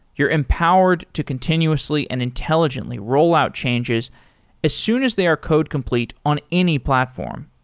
you're empowered to continuously and intelligently rollout changes as soon as they are code complete on any platform,